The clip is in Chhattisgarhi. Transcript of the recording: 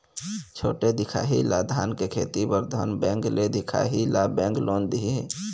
छोटे दिखाही ला धान के खेती बर धन बैंक ले दिखाही ला बैंक लोन दिही?